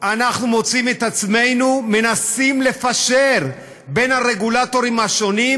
אנחנו מוצאים את עצמנו מנסים לפשר בין הרגולטורים השונים,